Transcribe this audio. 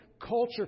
culture